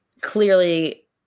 clearly